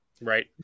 right